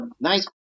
nice